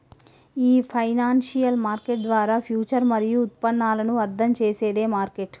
ఈ financial market ద్వారా future మరియు ఉత్పన్నాలను అర్థం చేసేది మార్కెట్